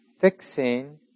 fixing